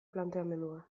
planteamendua